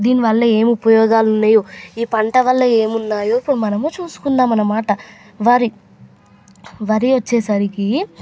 దీనివల్ల ఏమి ఉపయోగాలు ఉన్నాయో ఈ పంట వల్ల ఏమి ఉన్నాయో ఇప్పుడు మనము చూసుకుందాం అన్నమాట వరి వరి వచ్చేసరికి